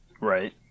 Right